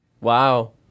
Wow